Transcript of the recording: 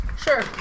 Sure